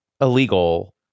illegal